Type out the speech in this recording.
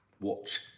Watch